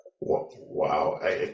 Wow